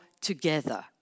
together